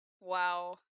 Wow